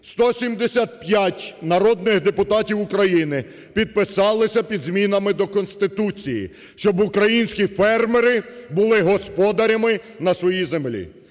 175 народних депутатів України підписалися під змінами до Конституції, щоб українські фермери були господарями на своїй землі.